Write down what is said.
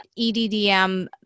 EDDM